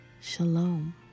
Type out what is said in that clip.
Shalom